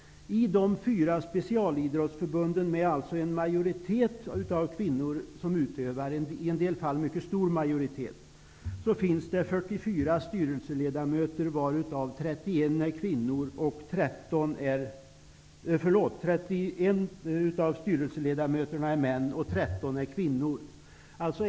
I de fyra specialidrottsförbunden med en majoritet av kvinnliga utövare -- i en del fall mycket stor majoritet -- finns det 44 styrelseledamöter, varav 31 är män och 13 är kvinnor.